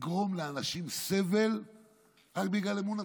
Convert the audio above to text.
לגרום לאנשים סבל רק בגלל אמונתם.